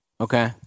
Okay